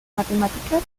matemáticas